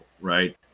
right